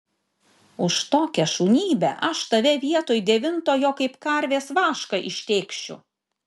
už tokią šunybę aš tave vietoj devintojo kaip karvės vašką ištėkšiu